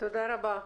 תודה רבה.